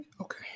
Okay